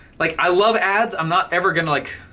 like i love ads, i'm not ever gonna like.